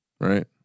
right